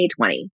2020